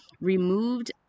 removed